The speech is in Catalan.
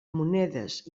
monedes